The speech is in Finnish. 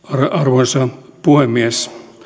arvoisa puhemies